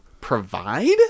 provide